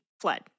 fled